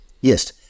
Yes